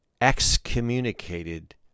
excommunicated